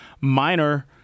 minor